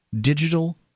digital